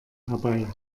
herbei